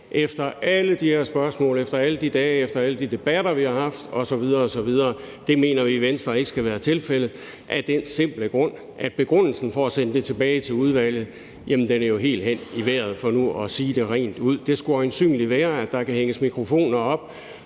efter alle de her spørgsmål, efter alle de dage, efter alle de debatter, vi har haft osv. osv. Det mener vi i Venstre ikke skal være tilfældet af den simple grund, at begrundelsen for at sende det tilbage til udvalget jo er helt hen i vejret, for nu at sige det rent ud. Det skulle øjensynlig være, at der kan hænges mikrofoner op